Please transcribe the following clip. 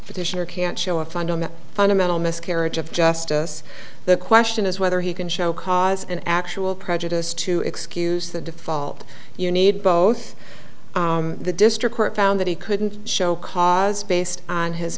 fish or can't show a fundamental fundamental miscarriage of justice the question is whether he can show cause an actual prejudice to excuse the default you need both the district court found that he couldn't show cause based on his